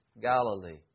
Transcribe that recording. Galilee